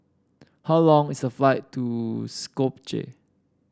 how long is the flight to Skopje